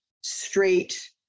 straight